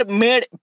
made